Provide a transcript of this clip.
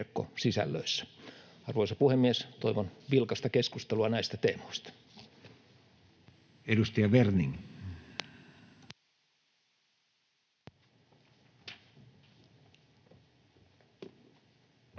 Arvoisa puhemies! Toivon vilkasta keskustelua näistä teemoista. [Speech 4]